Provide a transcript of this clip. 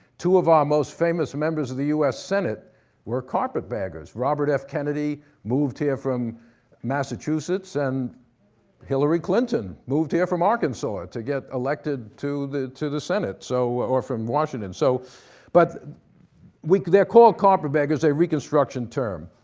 two of our most famous members of the u s. senate were carpetbaggers. robert f. kennedy moved here from massachusetts and hillary clinton moved here from arkansas ah to get elected to the to the senate so or from washington. so but they're called carpetbaggers, a reconstruction term.